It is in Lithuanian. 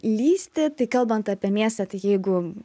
lįsti tai kalbant apie mėsą tai jeigu